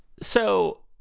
so